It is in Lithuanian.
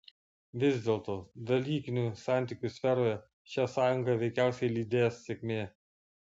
vis dėlto dalykinių santykių sferoje šią sąjungą veikiausiai lydės sėkmė